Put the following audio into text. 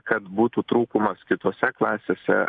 kad būtų trūkumas kitose klasėse